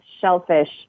shellfish